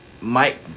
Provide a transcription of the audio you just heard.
Mike